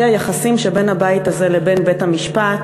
והיא היחסים שבין הבית הזה לבין בית-המשפט,